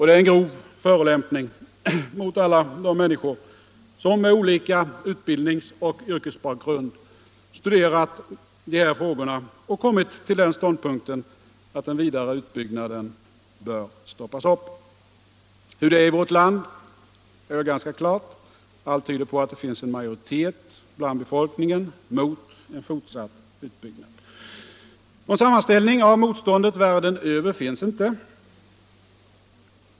Det är en grov förolämpning mot alla de människor som med olika utbildningsoch yrkesbakgrund studerat de här frågorna och kommit till den ståndpunkten att vidareutbyggnaden bör stoppas upp. Hur det är i vårt land är väl ganska klart. Allt tyder på att det finns en majoritet bland befolkningen mot en fortsatt utbyggnad. Någon sammanställning över motståndet världen över finns inte.